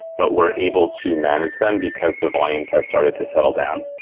but, we're able to manage them because the volumes have started to settle down.